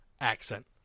accent